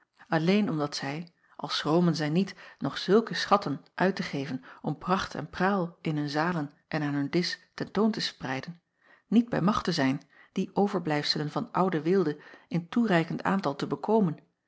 alleen omdat zij al schromen zij niet nog zulke schatten uit te geven om pracht en praal in hun zalen en aan hun disch ten toon te spreiden niet bij machte zijn die overblijfselen van oude weelde in toereikend aantal te bekomen